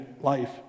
life